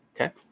Okay